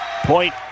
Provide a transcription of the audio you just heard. Point